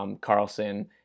Carlson